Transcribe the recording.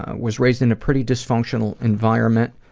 was raised in a pretty dysfunctional environment.